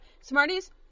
Smarties